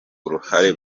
uruhare